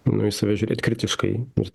nu į save žiūrėt kritiškai ir